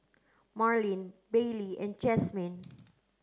Marleen Bailey and Jasmyne